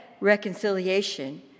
reconciliation